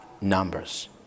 numbers